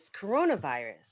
coronavirus